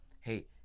hey